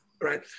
Right